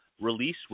release